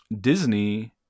Disney